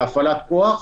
להפעלת כוח,